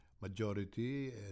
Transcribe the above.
majority